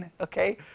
okay